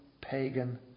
pagan